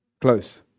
Close